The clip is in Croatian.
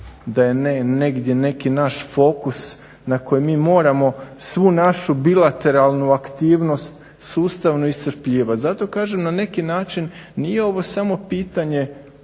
da je negdje neki naš fokus na koji mi moramo svu našu bilateralnu aktivnost sustavno iscrpljivati. Zato kažem na neki način nije ovo samo pitanje